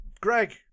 Greg